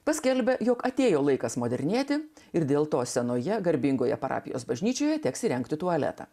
paskelbė jog atėjo laikas modernėti ir dėl to senoje garbingoje parapijos bažnyčioje teks įrengti tualetą